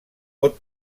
pot